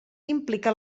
implica